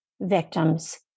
victims